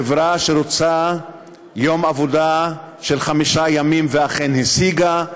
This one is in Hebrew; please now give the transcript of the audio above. חברה שרוצה שבוע עבודה של חמישה ימים, ואכן השיגה,